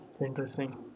interesting